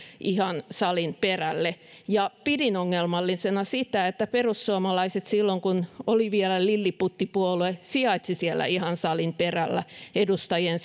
ihan salin perälle ja pidin ongelmallisena sitä että perussuomalaiset silloin kun se oli vielä lilliputtipuolue sijaitsivat siellä ihan salin perällä edustajien